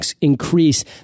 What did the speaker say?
increase